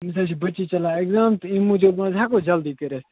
تٔمِس حظ چھِ بچی چَلان ایٚکرام تہٕ امہِ موٗجوٗب مہٕ حظ جَلدی کٔرِتھ